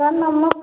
sir ନମସ୍କାର